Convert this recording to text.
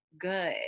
good